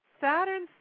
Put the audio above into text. Saturn